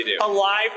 alive